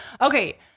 okay